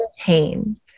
pain